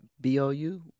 B-O-U